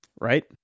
right